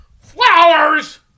Flowers